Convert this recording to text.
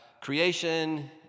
creation